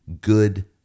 good